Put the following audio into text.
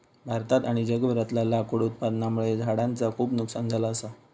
भारतात आणि जगभरातला लाकूड उत्पादनामुळे झाडांचा खूप नुकसान झाला असा